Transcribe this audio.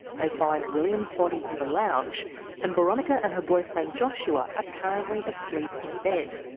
they find william's body in the lounge and boronika and her boyfriend joshua apparently asleep in bed.